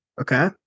okay